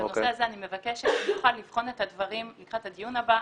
בנושא הזה אני מבקשת לבחון את הדברים לקראת הדיון הבא.